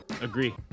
agree